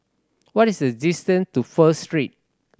what is the distance to First Street